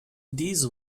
these